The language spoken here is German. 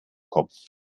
kopf